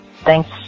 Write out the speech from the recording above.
Thanks